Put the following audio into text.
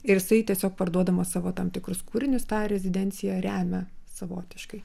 ir jisai parduodamas savo tam tikrus kūrinius tą rezidenciją remia savotiškai